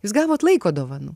jūs gavot laiko dovanų